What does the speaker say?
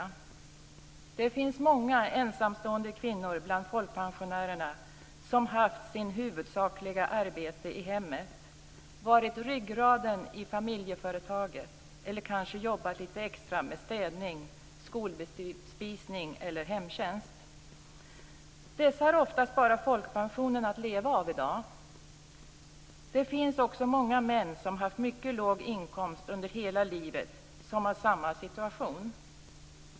Bland folkpensionärerna finns det många ensamstående kvinnor som haft sitt huvudsakliga arbete i hemmet, som varit ryggraden i familjeföretaget eller kanske jobbat litet extra med städning, skolbespisning eller hemtjänst. Oftast har dessa kvinnor i dag bara folkpensionen att leva av. Men det finns också många män som hela livet haft mycket låg inkomst och som befinner sig i samma situation.